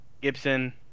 gibson